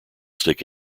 stick